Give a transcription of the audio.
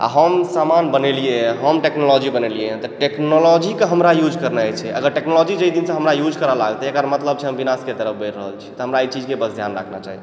आओर हम सामान बनेलियै हँ हम टेक्नॉलॉजी बनेलिए हँ तऽ टेक्नॉलॉजीके हमरा यूज करनाइ छै अगर टेक्नॉलॉजी जाहि दिनसँ हमरा यूज करै लागतै एकर मतलब छै हम विनाशक तरफ बढ़ि रहल छी तऽ हमरा एहि चीजके बस ध्यान राखबाक चाही